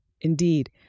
Indeed